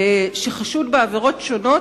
שחשוד בעבירות שונות,